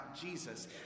Jesus